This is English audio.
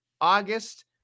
August